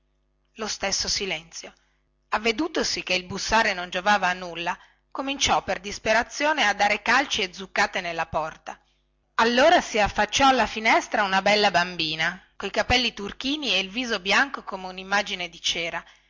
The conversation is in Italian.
lo stesso silenzio avvedutosi che il bussare non giovava a nulla cominciò per disperazione a dare calci e zuccate nella porta allora si affacciò alla finestra una bella bambina coi capelli turchini e il viso bianco come unimmagine di cera